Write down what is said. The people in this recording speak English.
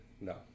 No